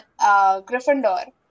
Gryffindor